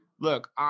Look